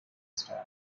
style